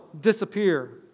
disappear